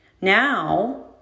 Now